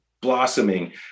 blossoming